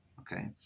Okay